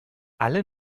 alle